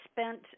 spent